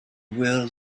will